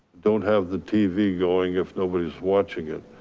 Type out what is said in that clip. don't have the tv going, if nobody's watching it.